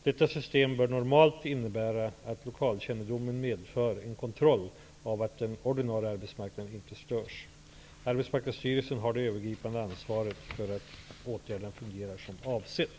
Detta system bör normalt innebära att lokalkännedomen medför en kontroll av att den ordinarie arbetsmarknaden inte störs. Arbetsmarknadsstyrelsen har det övergripande ansvaret för att åtgärderna fungerar som avsett.